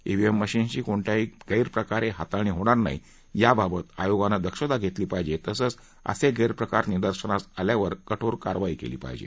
EVM मशीन्सची कोणत्याही गैरप्रकारे हाताळणी होणार नाही याबद्दल आयोगानं दक्षता घेतली पाहिजे तसंच गैरप्रकार निदर्शनास आल्यास कठोर कारवाई केली पाहिजे